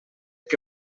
que